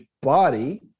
body